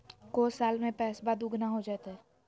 को साल में पैसबा दुगना हो जयते?